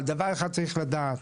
אבל דבר אחד צריך לדעת,